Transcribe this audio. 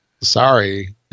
Sorry